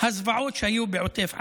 הזוועות שהיו בעוטף עזה.